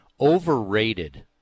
overrated